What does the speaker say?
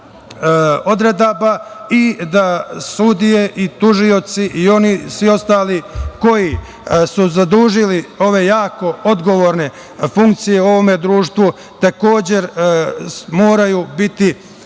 odredaba i da sudije i tužioci i oni i svi ostali koji su zadužili ove jako odgovorne funkcije u ovome društvu, takođe moraju biti